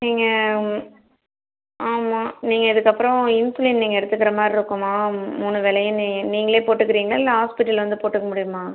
நீங்கள் ஆம்மா நீங்கள் இதுக்கப்புறம் இன்சுலின் நீங்கள் எடுத்துக்கிற மாதிரி இருக்கும்மா மூனு வேலையும் நீங்கள் நீங்களே போட்டுக்குறிங்ளா இல்லை ஹாஸ்ப்பிட்டலில் வந்து போட்டுக்க முடியுமா